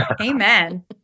Amen